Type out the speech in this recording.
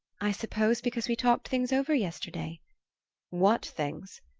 i suppose because we talked things over yesterday what things?